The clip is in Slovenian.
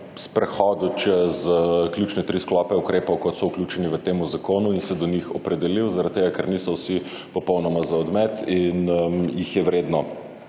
sprehodil čez ključne tri sklope ukrepov kot so vključeni v temu zakonu in se do njih opredelil, zaradi tega, ker niso vsi popolnoma za odmet in jih je vredno